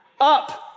Up